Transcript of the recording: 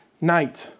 night